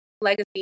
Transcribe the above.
legacy